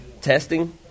testing